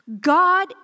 God